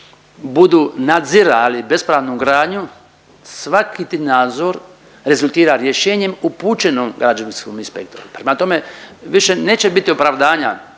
budu nadzirali bespravnu gradnju, svaki ti nadzor rezultira rješenjem upućenom građevinskom inspektoru. Prema tome više neće biti opravdanja